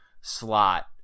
slot